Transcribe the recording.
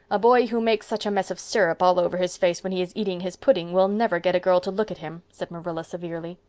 a boy who makes such a mess of syrup all over his face when he is eating his pudding will never get a girl to look at him, said marilla severely.